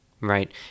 right